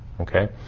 Okay